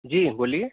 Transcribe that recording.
جی بولیے